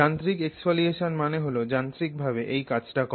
যান্ত্রিক এক্সফোলিয়েশন মানে হল যান্ত্রিক ভাবে এই কাজটা করা